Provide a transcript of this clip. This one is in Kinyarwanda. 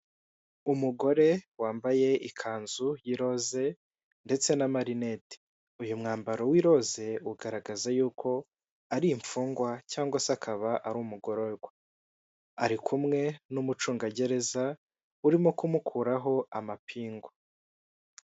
Umugore wambaye ikanzu y'iroze ndetse n'amarinete. Uyu mwambaro w'iroze ugaragaza yuko ari imfungwa, cyangwa se akaba ari umugororwa. Ari kumwe n'umucungagereza urimo kumukuraho amapingu.